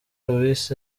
louis